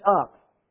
up